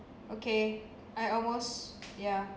okay I almost ya